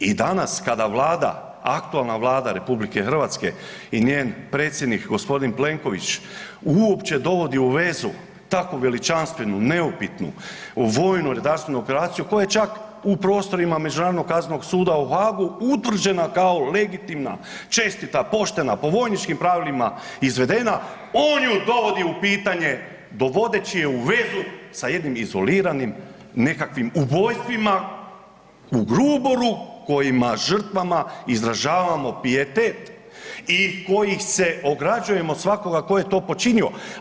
I danas kada Vlada, aktualna Vlada RH i njen predsjednik gospodin Plenković uopće dovodi u vezu takvu veličanstvenu, neupitnu, vojno-redarstvenu operaciju koje čak u prostorima Međunarodnog kaznenog suda u Haagu utvrđena kao legitimna, čestita, poštena, po vojničkim pravilima izvedena on ju dovodi u pitanje dovodeći je u vezu sa jednim izoliranim nekakvim ubojstvima u Gruboru kojima žrtvama izražavamo pijetet i kojih se ograđujemo od svakoga tko je to počinio.